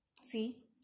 See